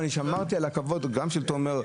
ואני שמרתי על הכבוד גם של תומר,